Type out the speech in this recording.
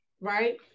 right